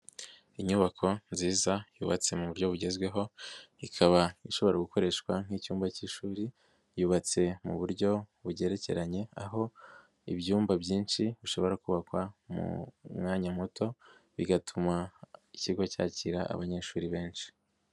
Inyubako nziza yubatse mu buryo bugezweho ikaba ishobora gukoreshwa nk'icyumba k'ishuri yubatse mu buryo bugerekeranye aho ibyumba byinshi bishobora kubakwa mu mwanya muto bigatuma ikigo cyakira abanyeshuri benshi.